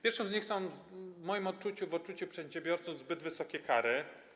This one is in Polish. Pierwszą z nich są w moim odczuciu, w odczuciu przedsiębiorców zbyt wysokie kary.